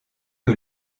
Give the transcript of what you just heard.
que